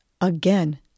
Again